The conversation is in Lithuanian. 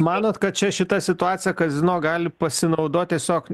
manot kad čia šita situacija kazino gali pasinaudot tiesiog